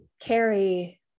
carry